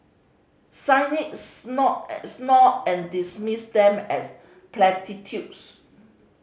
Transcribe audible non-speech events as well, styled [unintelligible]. cynics [unintelligible] snort and dismiss them as platitudes